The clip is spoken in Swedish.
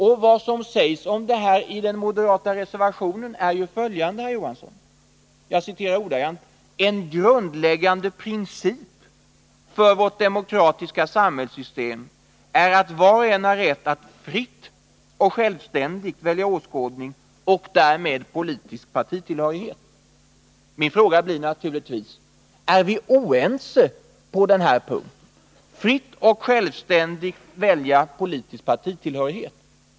Och vad som sägs om detta i den Onsdagen den moderata reservationen är följande, herr Johansson: 19 november 1980 ”En grundläggande princip för vårt demokratiska samhällssystem är att var och en har rätt att fritt och självständigt välja åskådning och därmed politisk partitillhörighet.” Min fråga blir naturligtvis: Är vi oense på den här punkten, att man skall få fritt och självständigt välja politisk partitillhörighet?